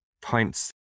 points